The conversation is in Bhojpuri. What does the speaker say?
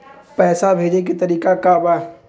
पैसा भेजे के तरीका का बा?